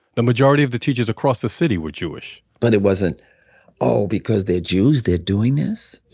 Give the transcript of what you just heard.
the majority of the teachers across the city were jewish but it wasn't oh, because they're jews, they're doing this.